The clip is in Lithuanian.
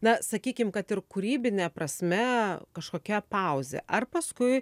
na sakykim kad ir kūrybine prasme kažkokia pauzė ar paskui